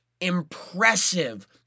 impressive